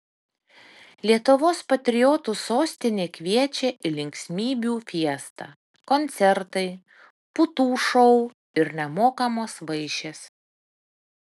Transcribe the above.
lietuvos patriotų sostinė kviečia į linksmybių fiestą koncertai putų šou ir nemokamos vaišės